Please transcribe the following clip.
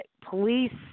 police